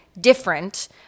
different